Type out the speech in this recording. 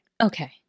Okay